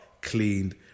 cleaned